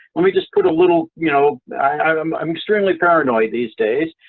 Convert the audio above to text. let me just put a little, you know i'm i'm extremely paranoid these days.